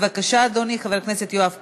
בבקשה, אדוני חבר הכנסת יואב קיש.